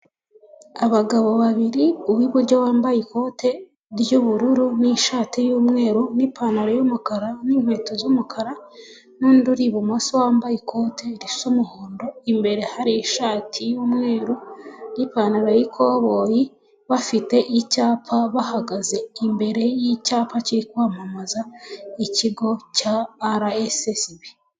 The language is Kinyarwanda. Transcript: Abagabo babiri, uw'iburyo wambaye ikote ry'ubururu n'ishati y'umweru n'ipantaro y'umukara n'inkweto z'umukara n'undi uri ibumoso wambaye ikote risa umuhondo, imbere hari ishati y'umweru n'ipantaro y'ikoboyi, bafite icyapa, bahagaze imbere y'icyapa kiri kwamamaza ikigo cya Ara esesibi.